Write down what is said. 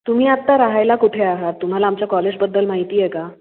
तुम्ही आत्ता राहायला कुठे आहात तुम्हाला आमच्या कॉलेजबद्दल माहिती आहे का